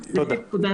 לא, להיפך.